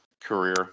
career